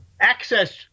access